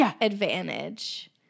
advantage